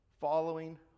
following